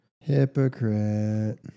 Hypocrite